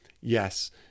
yes